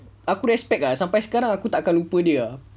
aku dah expect ah sampai sekarang aku tak boleh lupa dia